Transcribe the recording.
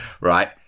right